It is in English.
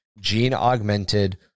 gene-augmented